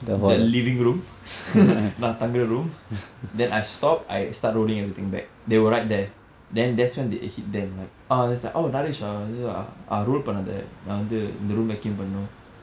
the living room நான் தங்குற:naan thangura room then I stop I start rolling everything back they were right there then that's when it hit them like oh they was like oh naresh oh வந்து:vandthu roll பண்ணாத நான் வந்து இந்த:pannatha naan vandthu indtha room vacuum பண்ணனும்:pananuum